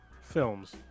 films